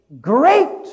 great